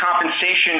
compensation